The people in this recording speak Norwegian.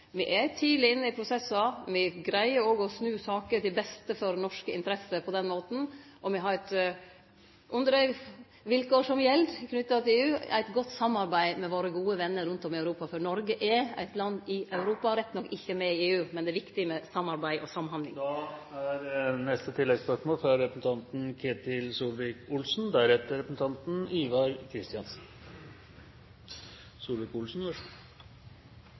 Me er tidleg inne i prosessar. Me greier òg å snu saker til beste for norske interesser på den måten, og me har under dei vilkår som gjeld knytte til EU, eit godt samarbeid med våre gode vener rundt om i Europa. For Noreg er eit land i Europa. Me er rett nok ikkje med i EU, men det er viktig med samarbeid og samhandling.